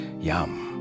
Yum